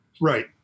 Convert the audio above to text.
Right